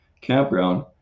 campground